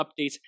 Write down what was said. updates